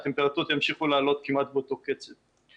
הטמפרטורות ימשיכו לעלות כמעט באותו קצב.